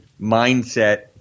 mindset